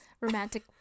romantic